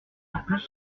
plus